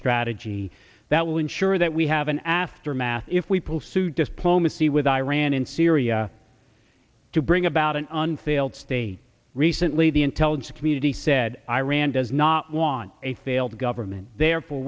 strategy that will ensure that we have an aftermath if we pull suit just pull missy with iran and syria to bring about an unfilled state recently the intelligence community said iran does not want a failed government therefore